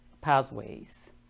pathways